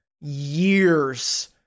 years